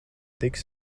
tiks